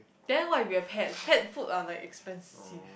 then what if you have pets pet food are like expensive